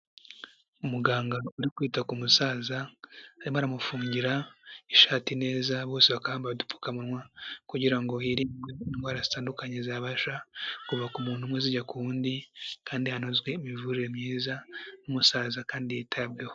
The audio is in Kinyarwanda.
Umuganga uri kwita ku musaza, arimo aramufungira ishati neza bose bakaba bambaye udupfukamuwa kugira ngo hirindwe indwara zitandukanye zabasha kuva ku umuntu umwe zijya ku wundi kandi hanozwe imivurire myiza, n'umusaza kandi yitabweho.